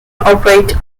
operate